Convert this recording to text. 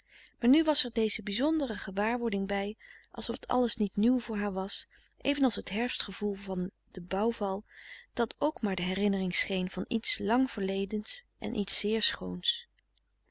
maar nu was er deze bizondere gewaarwording bij alsof het alles niet nieuw voor haar was evenals het herfstgevoel van den bouwval dat k maar de herinnering scheen van iets lang verledens en iets zeer schoons